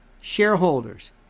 shareholders